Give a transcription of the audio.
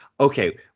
Okay